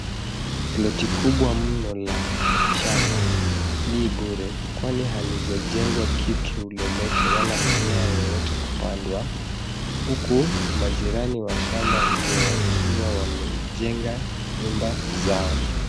Ploti kubwa mno la shamba li bure, kwani halijajengwa kitu lolote, wala mimea yeyote kupandwa, huku majirani wa shamba hiyo wakiwa wamejenga nyumba zao.